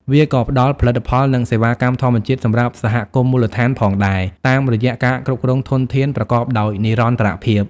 វាក៏ផ្តល់ផលិតផល និងសេវាកម្មធម្មជាតិសម្រាប់សហគមន៍មូលដ្ឋានផងដែរ តាមរយៈការគ្រប់គ្រងធនធានប្រកបដោយនិរន្តរភាព។